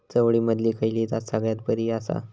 चवळीमधली खयली जात सगळ्यात बरी आसा?